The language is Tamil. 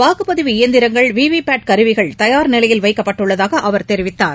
வாக்குப்பதிவு இயந்திரங்கள் விவிபாட் கருவிகள் தயார் நிலையில் வைக்கப்பட்டுள்ளதாகஅவர் தெரிவித்தார்